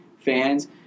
fans